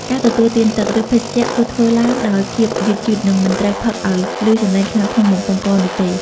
ការទទួលទានទឹក ឬភេសជ្ជៈ គួរធ្វើឡើងដោយភាពយឺតៗ និងមិនត្រូវផឹកឱ្យឮសំឡេងខ្លាំងក្នុងបំពង់កនោះទេ។